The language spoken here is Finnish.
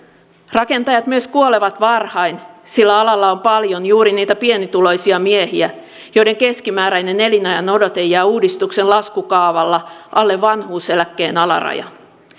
rakentajat myös kuolevat varhain sillä alalla on paljon juuri niitä pienituloisia miehiä joiden keskimääräinen elinajanodote jää uudistuksen laskukaavalla alle vanhuuseläkkeen alarajan